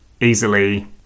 easily